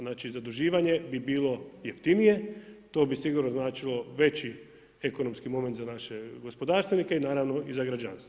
Znači zaduživanje bi bilo jeftinije, to bi sigurno značilo veći ekonomski moment za naše gospodarstvenike i naravno i za građanstvo.